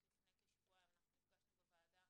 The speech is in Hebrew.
רק לפני כשבועיים אנחנו נפגשנו בוועדת